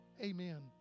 amen